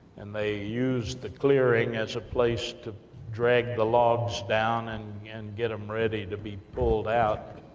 and they used the clearing as a place to drag the logs down, and and get them ready to be pulled out,